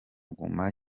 guma